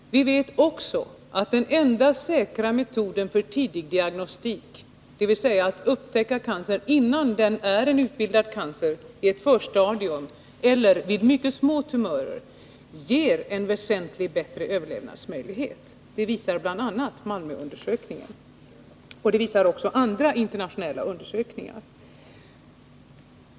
Vi vet också att den enda säkra metoden är tidig diagnostik, dvs. att upptäcka cancern innan den är en utbildad cancer, i sitt förstadium eller när tumörerna är mycket små. En sådan diagnostik ger väsentligt större överlevnadsmöjligheter. Det visar bl.a. Malmöundersökningen liksom vissa internationella undersökningar.